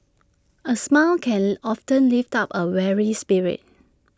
A smile can often lift up A weary spirit